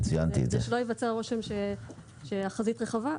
שלא ייווצר הרושם שהחזית היא רחבה.